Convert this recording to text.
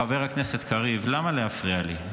חבר הכנסת קריב, למה להפריע לי?